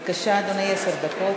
בבקשה, אדוני, עשר דקות.